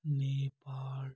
Nepal